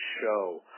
show